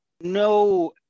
No